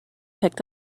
picked